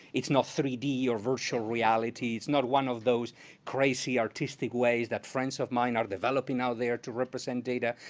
it's not three d or virtual reality. is not one of those crazy artistic ways that friends of mine are developing out there to represent data.